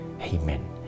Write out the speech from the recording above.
Amen